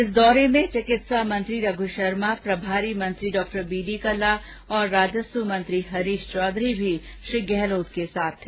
इस दौरे में चिकित्सा मंत्री रघु शर्मा प्रभारी मंत्री बी डी कल्ला और राजस्व मंत्री हरीश चौधरी भी उनके साथ रहे